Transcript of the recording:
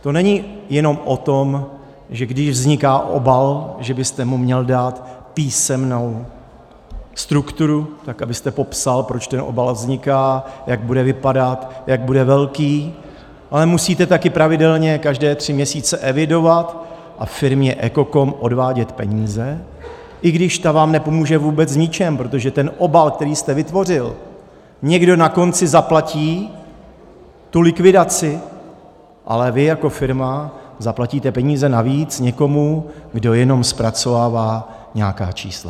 To není jenom o tom, že když vzniká obal, že byste mu měl dát písemnou strukturu, abyste popsal, proč ten obal vzniká, jak bude vypadat, jak bude velký, ale musíte taky pravidelně každé tři měsíce evidovat a firmě EKOKOM odvádět peníze, i když ta vám nepomůže vůbec v ničem, protože ten obal, který jste vytvořil, někdo na konci zaplatí, tu likvidaci, ale vy jako firma zaplatíte peníze navíc někomu, kdo jenom zpracovává nějaká čísla.